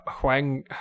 Huang